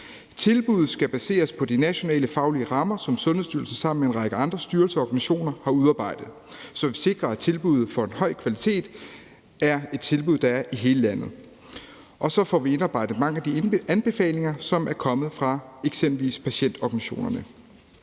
Tilbuddet skal baseres på de nationale faglige rammer, som Sundhedsstyrelsen sammen med en række andre styrelser og organisationer har udarbejdet, så vi sikrer, at tilbuddet får en høj kvalitet, og at det udbydes i hele landet. Og så får vi indarbejdet mange af de anbefalinger, som er kommet fra eksempelvis patientorganisationerne.